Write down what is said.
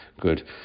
good